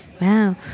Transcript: Wow